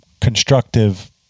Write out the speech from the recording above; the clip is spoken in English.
constructive